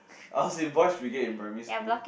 I was in Boys Brigade in primary school